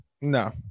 no